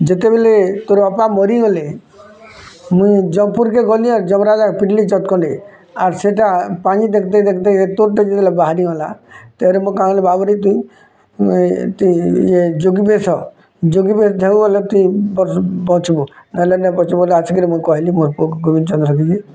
ଯେତେବେଲେ ତୋର୍ ବାପା ମରିଗଲେ ମୁଇଁ ଯମପୁର୍ କେ ଗଲି ଆଉ ଯମ୍ ରାଜାକେ ପିଟଲି ଚଟକଣିଟେ ଆର୍ ସେ ତା ପାଞ୍ଜି ଦେଖତେ ଦେଖତେ ଏତୋର୍ ଟା ବାହାରି ଗଲା ତା'ପରେ ମୁଇଁ କହିଲି ବାବୁରେ ତୁହିଁ ଇଏ ଯୋଗୀ ବେଶ ଯୋଗୀ ବେଶ ହେଇଗଲେ ତୁହି ବଞ୍ଚିବୁ ନହଲେ ନାଇଁ ବଞ୍ଚିବୁ ଆସିକିରି ମୁଇଁ କହିଲି ମୋର୍ ପୁଅକୁ ଗୋବିନ୍ଦଚନ୍ଦ୍ର